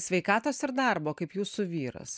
sveikatos ir darbo kaip jūsų vyras